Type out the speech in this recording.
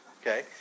okay